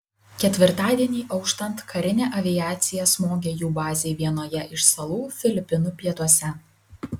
ketvirtadienį auštant karinė aviacija smogė jų bazei vienoje iš salų filipinų pietuose